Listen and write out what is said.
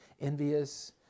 envious